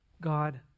God